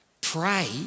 Pray